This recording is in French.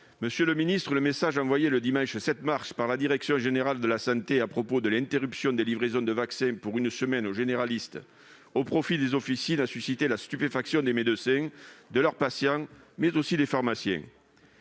et de la santé, le message envoyé le dimanche 7 mars par la direction générale de la santé à propos de l'interruption des livraisons de vaccins pour une semaine aux généralistes au profit des officines a suscité la stupéfaction des médecins, de leurs patients, mais aussi des pharmaciens.